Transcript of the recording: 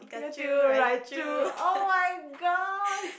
Pi-Ka-Chu Rai-Chu [oh]-my-god